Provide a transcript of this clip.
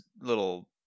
little